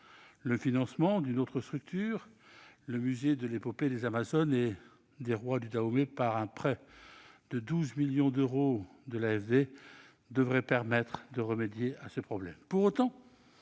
Le financement d'une autre structure, le musée de l'épopée des amazones et des rois du Dahomey, par un prêt de 12 millions d'euros de l'AFD devrait permettre de remédier à ce problème. Pour autant,